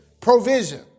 provision